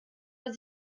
man